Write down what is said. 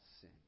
sin